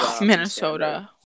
Minnesota